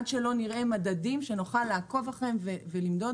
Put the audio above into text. עד שלא נראה מדדים שנוכל לעקוב אחריהם ולמדוד